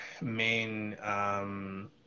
main